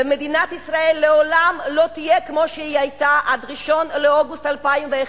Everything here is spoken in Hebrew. ומדינת ישראל לעולם לא תהיה כמו שהיא היתה עד 1 באוגוסט 2011,